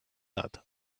that